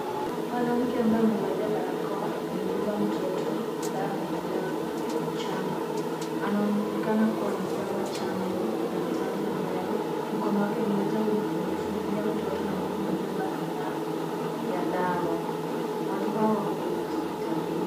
Mwanamke ambaye amevalia balakoa amebeba mtoto, ambaye amenyolewa na mchanga. Anaonekana akiwa anapewa chanjo na daktari ambayo mkono wake mmoja umefinyilia mtoto na mwingine umebeba sindano ya dawa. Watu hawa wako kwenye hospitalini.